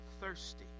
thirsty